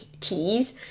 teas